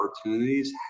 opportunities